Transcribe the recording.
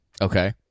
Okay